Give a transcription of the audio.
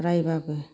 रायबाबो